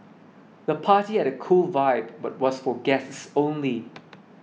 the party had a cool vibe but was for guests only